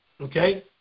Okay